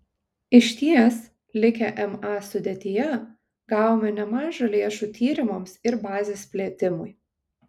išties likę ma sudėtyje gavome nemaža lėšų tyrimams ir bazės plėtimui